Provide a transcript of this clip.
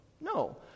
No